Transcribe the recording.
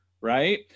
right